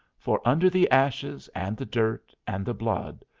for, under the ashes and the dirt and the blood,